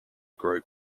group